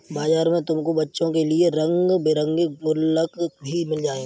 बाजार में तुमको बच्चों के लिए रंग बिरंगे गुल्लक भी मिल जाएंगे